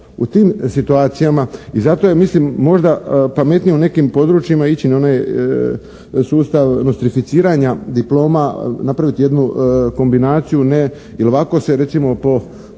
u tim situacijama i zato je mislim možda pametnije u nekim područjima ići na one sustav nustrificiranja diploma, napraviti jednu kombinaciju jer ovako se recimo po